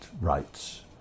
rights